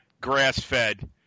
grass-fed